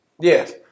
Yes